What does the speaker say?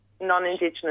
non-Indigenous